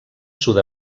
sud